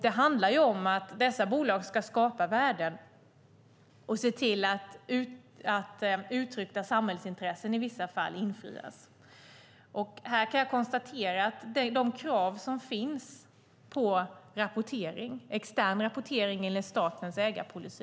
Det handlar om att dessa bolag ska skapa värden och se till att uttryckta samhällsintressen i vissa fall infrias. Här kan jag konstatera att Inlandsinnovation följer de krav som finns på extern rapportering enligt statens ägarpolicy.